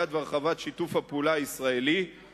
וההרחבה של שיתוף הפעולה הישראלי-המצרי.